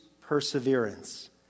perseverance